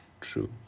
true